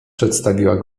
przedstawiła